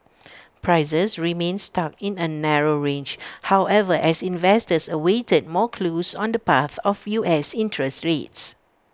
prices remained stuck in A narrow range however as investors awaited more clues on the path of U S interest rates